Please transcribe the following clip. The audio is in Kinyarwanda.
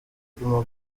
guma